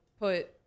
put